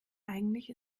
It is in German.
eigentlich